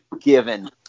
given